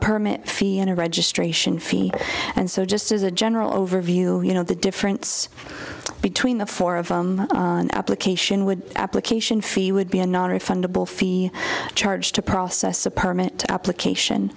permit fee and a registration fee and so just as a general overview you know the difference between the four of application would application fee would be a nonrefundable fee charged to process a permit application